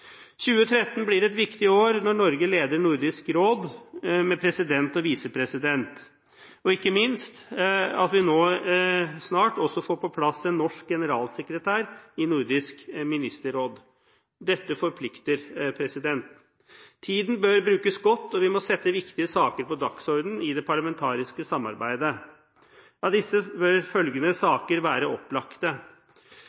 2013 blir et viktig år når Norge leder Nordisk Råd med president og visepresident, ikke minst fordi vi snart også får på plass en norsk generalsekretær i Nordisk ministerråd. Dette forplikter. Tiden bør brukes godt, og vi må sette viktige saker på dagsordenen i det parlamentariske samarbeidet. Av disse bør følgende